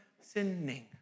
sinning